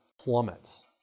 plummets